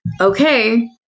okay